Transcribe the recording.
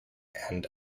and